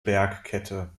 bergkette